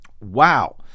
Wow